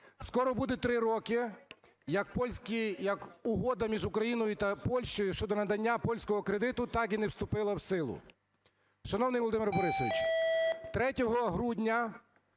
Скоро буде три роки, як Угода між Україною та Польщею щодо надання польського кредиту так і не вступила в силу. Шановний Володимир Борисович, 3 грудня